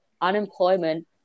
unemployment